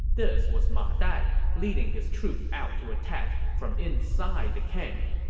this was ma dai, leading his troops out to attack from inside the camp.